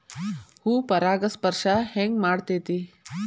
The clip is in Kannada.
ಹೂ ಪರಾಗಸ್ಪರ್ಶ ಹೆಂಗ್ ಮಾಡ್ತೆತಿ?